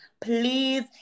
Please